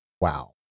wow